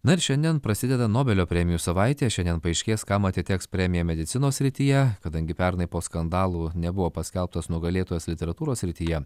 na ir šiandien prasideda nobelio premijų savaitė šiandien paaiškės kam atiteks premija medicinos srityje kadangi pernai po skandalų nebuvo paskelbtas nugalėtojas literatūros srityje